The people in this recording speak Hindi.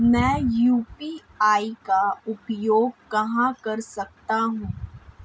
मैं यू.पी.आई का उपयोग कहां कर सकता हूं?